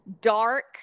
dark